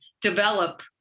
develop